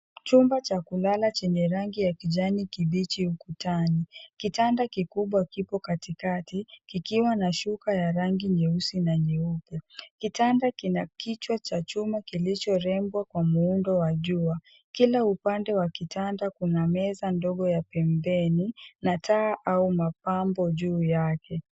Chumba cha kulala chenye rangi ya kijani kibichi ukutani . Kitanda kikubwa kipo katikati kikiwa na shuka ya rangi nyeusi na nyeupe. Kitanda kinakichwa cha chuma kilichorembwa kwa muundo wa jua. Kila upande wa kitanda kuna meza ndogo ya pembeni na taa au mapambo juu yake.